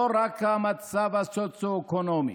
לא רק המצב הסוציו-אקונומי,